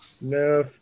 No